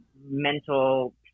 mental